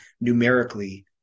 numerically